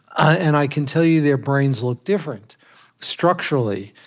and i can tell you, their brains look different structurally.